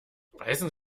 reißen